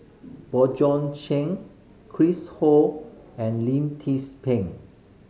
Bjorn Shen Chris Ho and Lim Tze Peng